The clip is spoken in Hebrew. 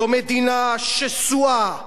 זו מדינה שסועה,